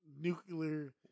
nuclear